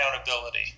accountability